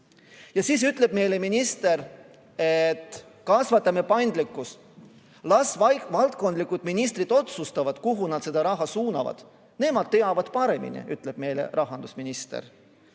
siis ütleb meile minister, et kasvatame paindlikkust, las valdkondlikud ministrid otsustavad, kuhu nad seda raha suunavad. Nemad teavad paremini, ütleb meile rahandusminister.